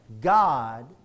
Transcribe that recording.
God